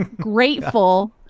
grateful